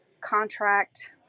contract